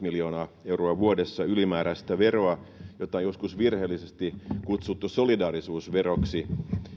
miljoonaa euroa vuodessa ylimääräistä veroa jota on joskus virheellisesti kutsuttu solidaarisuusveroksi